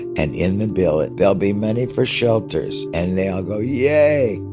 and in the bill, and there'll be money for shelters. and they all go, yay.